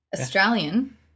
Australian